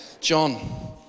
John